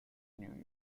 new